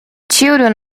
children